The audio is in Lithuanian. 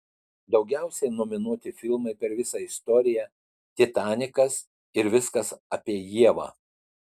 daugiausiai nominuoti filmai per visą istoriją titanikas ir viskas apie ievą